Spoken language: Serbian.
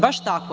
Baš tako.